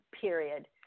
period